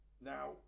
Now